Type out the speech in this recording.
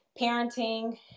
parenting